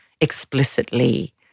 explicitly